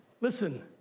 Listen